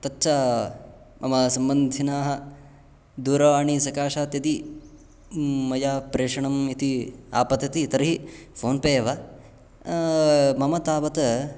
तच्च मम सम्बन्धिनाः दूरवाणीसकाशात् यदि मया प्रेषणम् इति आपतति तर्हि फ़ोन् पे एव मम तावत्